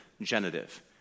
genitive